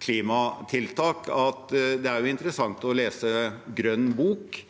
det er interessant å lese Grønn bok,